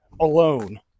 alone